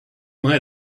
might